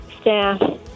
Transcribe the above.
staff